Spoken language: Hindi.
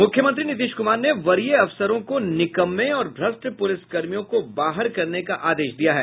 मुख्यमंत्री नीतीश कुमार ने वरीय अफसरों को निकम्मे और भ्रष्ट पुलिसकर्मियों को बाहर करने का आदेश दिया है